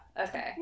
Okay